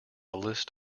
list